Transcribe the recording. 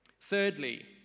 Thirdly